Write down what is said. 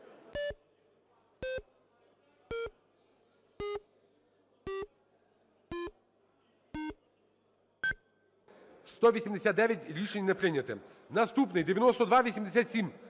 За-189 Рішення не прийнято. Наступний – 9287.